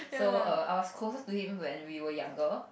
so err I was closer to him when we were younger